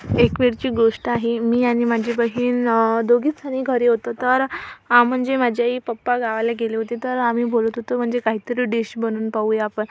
एक वेळची गोष्ट आहे मी आणि माझी बहीण दोघीच जणी घरी होतो तर म्हणजे माझे आई पप्पा गावाला गेले होते तर आम्ही बोलत होतो म्हणजे काहीतरी डिश बनवून पाहूया आपण